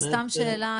סתם שאלה,